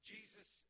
Jesus